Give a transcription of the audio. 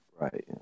right